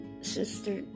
Sister